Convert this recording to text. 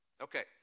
Okay